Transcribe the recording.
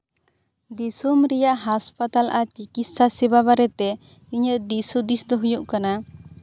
ᱫᱤᱥᱚᱢ ᱨᱮᱭᱟᱜ ᱦᱟᱥᱯᱟᱛᱟᱞ ᱪᱤᱠᱤᱛᱥᱟ ᱥᱮᱵᱟ ᱵᱟᱨᱮᱛᱮ ᱤᱧᱟᱹᱜ ᱫᱤᱥ ᱦᱩᱫᱤᱥ ᱫᱚ ᱦᱩᱭᱩᱜ ᱠᱟᱱᱟ